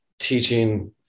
teaching